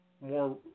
more